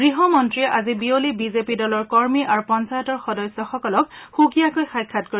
গৃহমন্ত্ৰীয়ে আজি বিয়লি বিজেপি দলৰ কৰ্মী আৰু পঞ্চায়তৰ সদস্যসকলক সুকীয়াকৈ সাক্ষাৎ কৰিব